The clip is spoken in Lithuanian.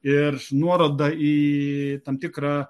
ir nuoroda į tam tikrą